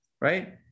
right